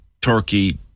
turkey